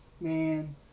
man